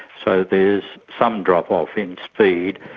so there's some drop-off in speed,